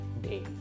day